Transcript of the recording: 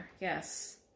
Yes